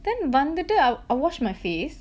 then வந்துட்டு:vanthuttu I wash my face